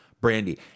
Brandy